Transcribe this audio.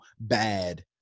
bad